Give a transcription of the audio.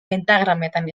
pentagrametan